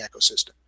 ecosystem